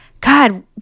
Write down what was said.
god